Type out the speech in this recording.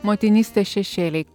motinystės šešėliai